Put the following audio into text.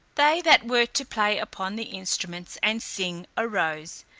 they that were to play upon the instruments and sing arose,